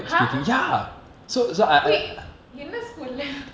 !huh! wait என்ன:enna school lah